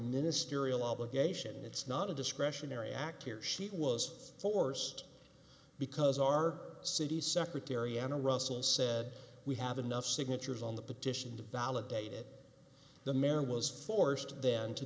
ministerial obligation it's not a discretionary act here she was forced because our city secretary anna russell said we have enough signatures on the petition to validate it the man was forced then to